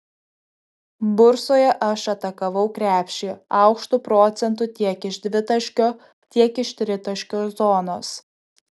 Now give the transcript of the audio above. bursoje aš atakavau krepšį aukštu procentu tiek iš dvitaškio tiek iš tritaškio zonos